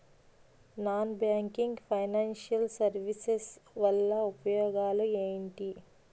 Non banking financial services వల్ల ఉపయోగాలు ఎంటి?